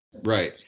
Right